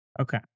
Okay